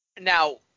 Now